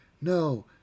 no